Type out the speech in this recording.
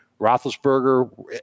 Roethlisberger